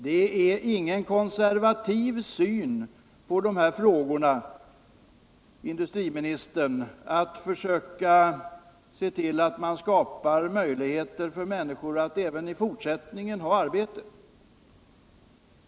Det är ingen konservativ syn på de här frågorna, industriministern, att försöka se till att man skapar möjligheter för människor att även i fortsättningen ha arbete.